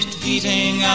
beating